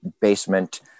basement